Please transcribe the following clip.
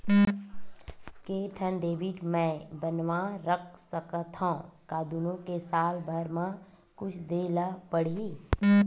के ठन डेबिट मैं बनवा रख सकथव? का दुनो के साल भर मा कुछ दे ला पड़ही?